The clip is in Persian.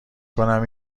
کنم